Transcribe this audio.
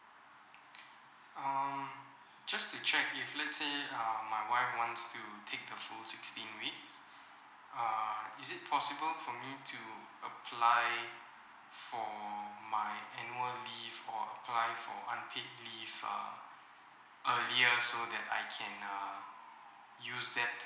um just to check if let say um my wife wants to take the full sixteen weeks uh is it possible for me to apply for my annual leave or apply for unpaid leave uh earlier so that I can uh use that